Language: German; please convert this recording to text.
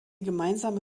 gemeinsame